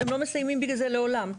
הם לא מסיימים בגלל זה לעולם.